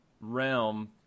realm